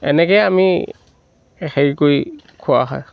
এনেকৈ আমি হেৰি কৰি খোৱা হয়